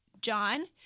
John